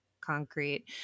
concrete